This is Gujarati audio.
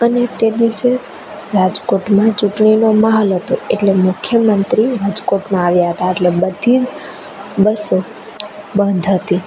અને તે દિવસે રાજકોટમાં ચૂંટણીનો માહોલ હતો એટલે મુખ્યમંત્રી રાજકોટમાં આવ્યા હતા અટલે બધી બસો બંધ હતી